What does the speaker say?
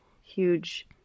huge